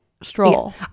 Stroll